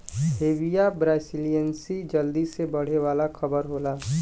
Hevea brasiliensis जल्दी से बढ़े वाला रबर होला